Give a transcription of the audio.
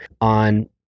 on